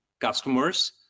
customers